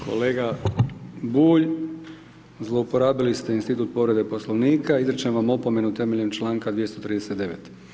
Kolega Bulj, zlouporabili ste institut povrede Poslovnika, izričem vam opomenu temeljem članka 239.